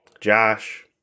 Josh